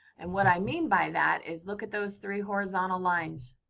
and what i mean by that is look at those three horizontal lines.